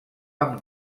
amb